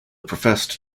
professed